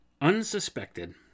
unsuspected